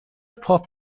پاپ